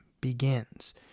begins